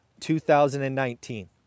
2019